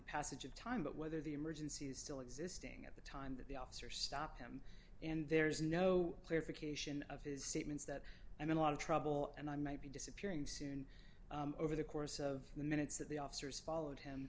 passage of time but whether the emergency is still existing at the time that the officer stopped him and there is no clarification of his statements that i'm in a lot of trouble and i might be disappearing soon over the course of the minutes that the officers followed him